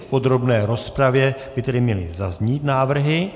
V podrobné rozpravě by tedy měly zaznít návrhy.